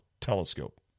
telescope